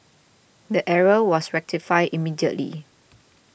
the error was rectified immediately